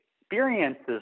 experiences